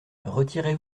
retirez